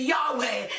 Yahweh